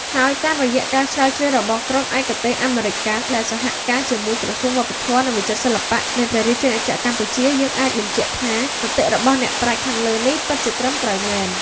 ហើយតាមរយៈការស្រាវជ្រាវរបស់ក្រុមឯកទេសអាមេរិកកាំង ដែលសហការណ៍ជាមួយក្រសួងវប្បធម៌ និងវិចិត្រសិល្បៈ នៃព្រះរាជាណាចក្រកម្ពុជា យើង ក៏អាចបញ្ជាក់ថា មតិរបស់អ្នកប្រាជ្ញខាងលើនេះ ពិតជាត្រឹមត្រូវមែន ។